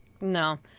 No